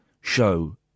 show